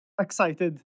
excited